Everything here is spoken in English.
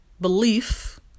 belief